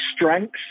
strengths